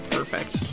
Perfect